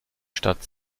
stadt